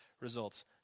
results